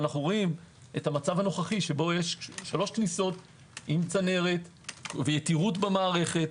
אנו רואים את המצב הנוכחי שבו יש שלוש כניסות עם צנרת ויתירות במערכת.